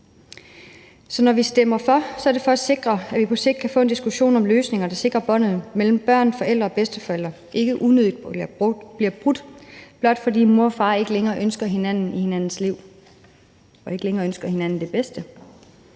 Så når vi stemmer for, er det for at sikre, at vi på sigt kan få en diskussion om løsninger, der sikrer, at båndet mellem børn, forældre og bedsteforældre ikke unødigt bliver brudt, blot fordi mor og far ikke længere ønsker hinanden i hinandens liv og ikke længere ønsker hinanden det bedste.